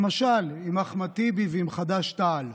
למשל, עם אחמד טיבי ועם חד"ש-תע"ל.